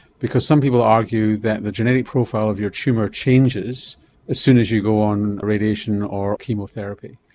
because some people argue that the genetic profile of your tumour changes as soon as you go on radiation or chemotherapy.